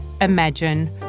imagine